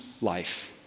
life